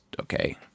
okay